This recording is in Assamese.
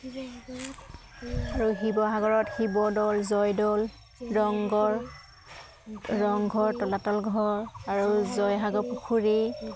আৰু শিৱসাগৰত শিৱদৌল জয়দৌল ৰংঘৰ ৰংঘৰ তলাতল ঘৰ আৰু জয়সাগৰ পুখুৰী